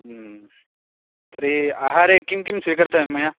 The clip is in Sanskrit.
ह्म् तर्हि आहारे किं किं स्वीकर्तव्यं मया